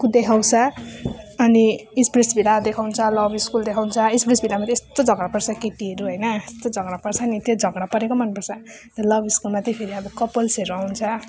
को देखाउँछ अनि स्प्लिट्सभिला देखाउँछ लभ स्कुल देखाउँछ स्प्लिट्सभिलामा त यस्तो झगडा गर्छ केटीहरू होइन यस्तो झगडा पर्छ पनि त्यो झगडा परेको मन पर्छ त्यो लभ स्कुलमा त्यही फेरि अब कपल्सहरू आउँछ